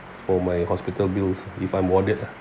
for my hospital bills if I'm warded lah